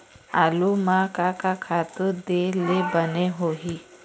आलू म का का खातू दे ले बने होही?